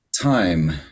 time